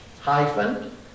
hyphen